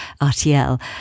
RTL